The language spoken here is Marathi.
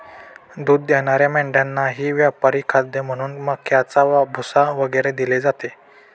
दूध देणाऱ्या मेंढ्यांनाही व्यापारी खाद्य म्हणून मक्याचा भुसा वगैरे दिले जाते